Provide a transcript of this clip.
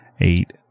eight